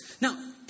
Now